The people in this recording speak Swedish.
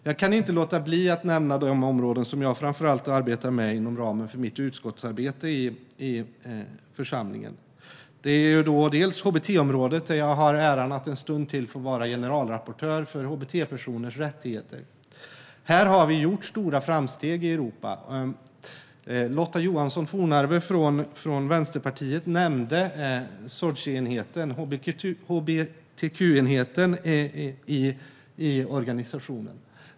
Jag kan inte låta bli att nämna de områden jag framför allt arbetar med inom ramen för mitt utskottsarbete i församlingen. Det rör bland annat hbt-området. Jag har äran att en stund till få vara generalrapportör för hbt-personers rättigheter. Här har vi gjort stora framsteg i Europa. Lotta Johnsson Fornarve från Vänsterpartiet nämnde SOGI-enheten, hbtq-enheten i organisationen.